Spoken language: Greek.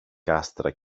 κάστρα